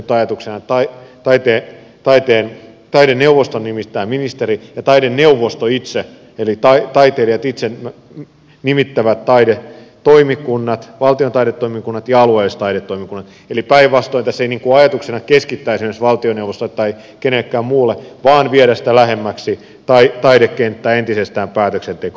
nyt ajatuksena on että taideneuvoston nimittää ministeri ja taideneuvosto itse eli taiteilijat itse nimittävät taidetoimikunnat valtion taidetoimikunnat ja alueelliset taidetoimikunnat eli päinvastoin tässä ei ole ajatuksena keskittää esimerkiksi valtioneuvostolle tai kenellekään muulle vaan viedä lähemmäksi taidekenttää entisestään päätöksenteko